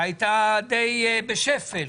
שהייתה די בשפל,